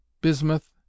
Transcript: Bismuth